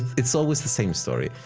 it's always the same story.